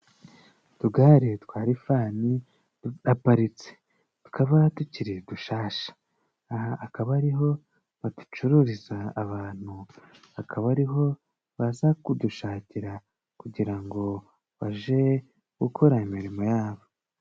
Utugare twa rifani turaparitse tukaba tukiri dushasha. Aha akaba ariho baducururiza abantu. Akaba ariho baza baza kudushakira kugira ngo baje gukora imirimo yabo.